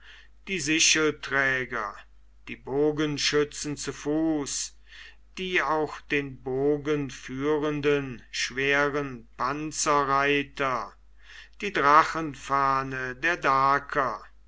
die sichelträger die bogenschützen zu fuß die auch den bogen führenden schweren panzerreiter die drachenfahne der